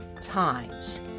times